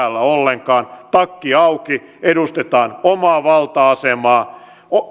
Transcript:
ollenkaan takki auki edustetaan omaa valta asemaa